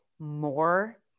More